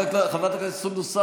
חברת הכנסת סונדוס סאלח,